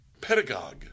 pedagogue